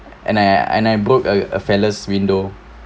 and I and I broke a a fellows window